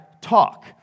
talk